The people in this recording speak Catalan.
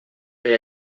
per